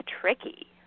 tricky